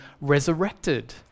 resurrected